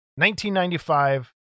1995